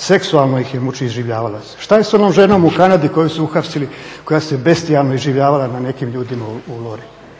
Seksualno ih je mučila, iživljavala se. Što je s onom ženom u Kanadi koju su uhapsili, koja se … iživljavala na nekim ljudima u Lori?